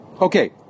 okay